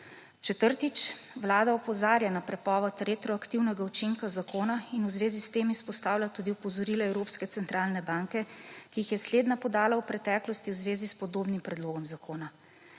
Vlada opozarja na prepoved retroaktivnega učinka zakona in v zvezi s tem izpostavlja tudi opozorilo Evropske centralne banke, ki jih je slednja podala v preteklosti v zvezi s podobnih predlogom zakona.